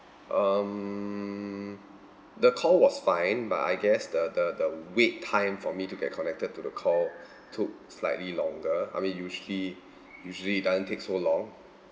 um the call was fine but I guess the the the wait time for me to get connected to the call took slightly longer I mean usually usually it doesn't take so long